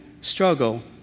struggle